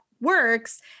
works